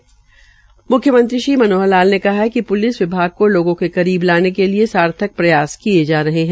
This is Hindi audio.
म्ख्यमंत्री श्री मनोहर लाल ने कहा है कि प्लिस विभाग को लोगों के करीब लाने के लिए सार्थक प्रयास किये जा रहे है